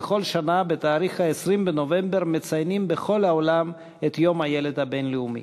בכל שנה בתאריך 20 בנובמבר מציינים בכל העולם את יום הילד הבין-לאומי.